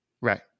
Right